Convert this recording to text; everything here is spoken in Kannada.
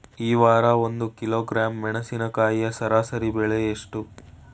ಈ ವಾರ ಒಂದು ಕಿಲೋಗ್ರಾಂ ಮೆಣಸಿನಕಾಯಿಯ ಸರಾಸರಿ ಬೆಲೆ ಎಷ್ಟು?